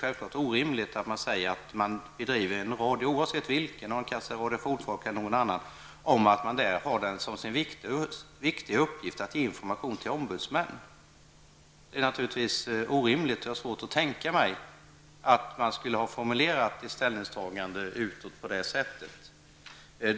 Självklart är det orimligt att bedriva en närradioverksamhet, oavsett vilken, och säger att den viktigaste uppgiften är att ge information till ombudsmännen. Jag har svårt att tänka mig att man utåt har formulerat sitt ställningstagande så.